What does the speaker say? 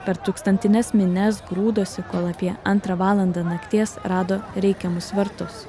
per tūkstantines minias grūdosi kol apie antrą valandą nakties rado reikiamus vartus